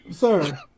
sir